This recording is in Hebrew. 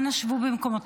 אנא שבו במקומותיכם